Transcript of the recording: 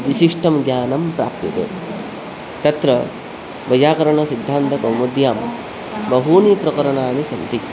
विशिष्टं ज्ञानं प्राप्यते तत्र वैयाकरणसिद्धान्तकौमुद्यां बहूनि प्रकरणानि सन्ति